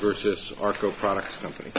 versus arco products company